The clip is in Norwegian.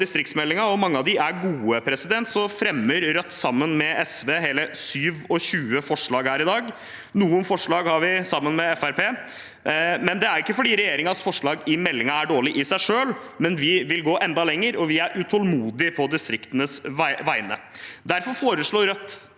distriktsmeldingen – og mange av dem er gode – fremmer Rødt bl.a. sammen med SV hele 28 forslag her i dag. Noen forslag har vi også sammen med Fremskrittspartiet. Det er ikke fordi regjeringens forslag i meldingen er dårlig i seg selv, men vi vil gå enda lenger, og vi er utålmodige på distriktenes vegne. Rødt foreslår